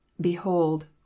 BEHOLD